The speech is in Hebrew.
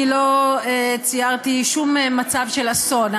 אני לא ציירתי שום מצב של אסון.